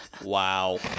Wow